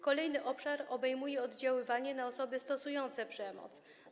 Kolejny obszar obejmuje oddziaływanie na osoby stosujące przemoc.